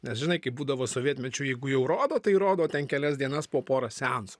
nes žinai kaip būdavo sovietmečiu jeigu jau rodo tai rodo ten kelias dienas po porą seansų